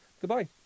Goodbye